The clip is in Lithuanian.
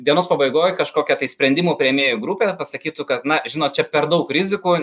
dienos pabaigoj kažkokia tai sprendimų priėmėjų grupė pasakytų kad na žinot čia per daug rizikų